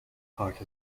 heart